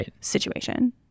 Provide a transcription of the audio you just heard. situation